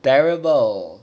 terrible